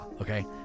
Okay